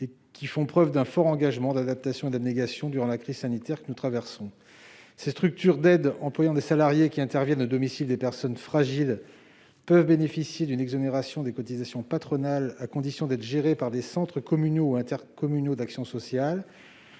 services font preuve d'un fort engagement d'adaptation et d'abnégation durant la crise sanitaire que nous traversons. Ces structures d'aide employant des salariés qui interviennent au domicile des personnes fragiles peuvent bénéficier d'une exonération des cotisations patronales, à condition d'être gérées par des centres communaux (CCAS) ou intercommunaux d'action sociale